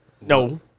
No